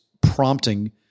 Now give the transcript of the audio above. prompting